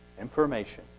information